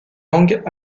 langues